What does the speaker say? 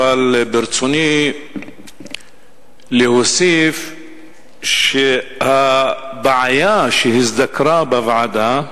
אבל ברצוני להוסיף שהבעיה שהזדקרה בוועדה,